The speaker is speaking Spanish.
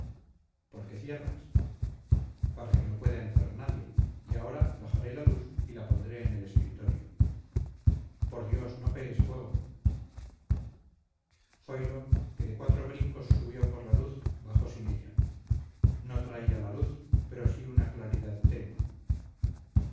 qué cierras para que no pueda entrar nadie y ahora bajaré la luz y la pondré en el escritorio por dios no pegues fuego zoilo que de cuatro brincos subió por la luz bajó sin ella no traía la luz pero sí una claridad tenue